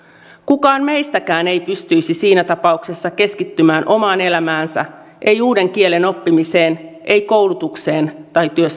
kukaan meistäkään ei pystyisi siinä tapauksessa keskittymään omaan elämäänsä ei uuden kielen oppimiseen ei koulutukseen tai työssä käymiseen